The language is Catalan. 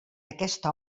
aquesta